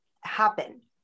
happen